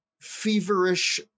feverish